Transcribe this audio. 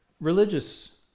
religious